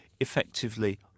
effectively